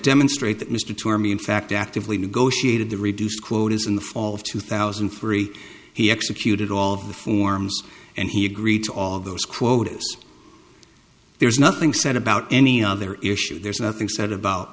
demonstrate that mr two or me in fact actively negotiated the reduced quotas in the fall of two thousand and three he executed all of the forms and he agreed to all of those quotas there's nothing said about any other issue there's nothing said about